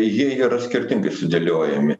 jie yra skirtingai sudėliojami